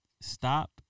stop